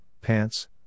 pants